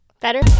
Better